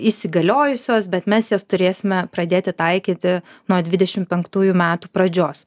įsigaliojusios bet mes jas turėsime pradėti taikyti nuo dvidešim penktųjų metų pradžios